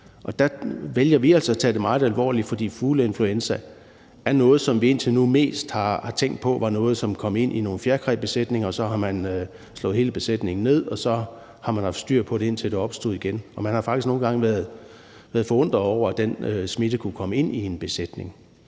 Der vælger vi altså at tage det meget alvorligt, for fugleinfluenza er noget, som vi indtil nu mest har tænkt var noget, som kom ind i nogle fjerkræbesætninger. Så har man slået hele besætningen ned, og så har man haft styr på det, indtil det opstod igen. Og man har faktisk nogle gange været forundret over, at den smitte kunne komme ind i en besætning.